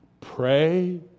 pray